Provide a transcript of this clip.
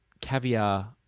Caviar